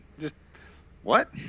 just—what